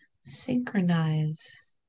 synchronize